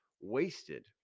wasted